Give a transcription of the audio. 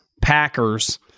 Packers